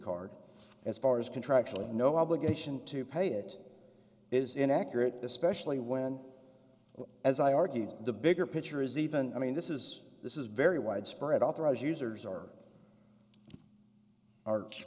card as far as contractually no obligation to pay it is inaccurate especially when as i argue the bigger picture is even i mean this is this is very widespread authorize users